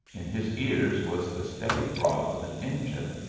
in his ears was the steady throb of an engine,